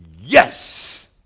yes